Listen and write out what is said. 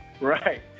right